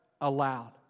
aloud